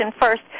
first